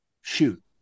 shoot